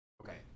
Okay